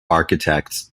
architects